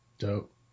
Dope